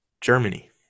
Germany